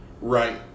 right